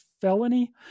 felony